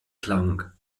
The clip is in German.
klang